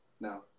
No